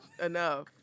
Enough